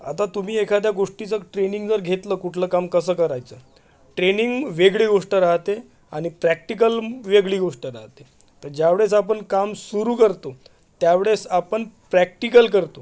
आता तुम्ही एखाद्या गोष्टीचं ट्रेनिंग जर घेतलं कुठलं काम कसं करायचंय ट्रेनिंग वेगळी गोष्ट राहते आणि प्रॅक्टिकल वेगळी गोष्ट राहते तर ज्या वेळेस आपण काम सुरू करतो त्या वेळेस आपण प्रॅक्टिकल करतो